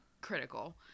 critical